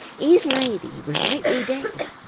his lady was lately dead,